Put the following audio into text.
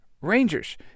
Rangers